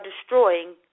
destroying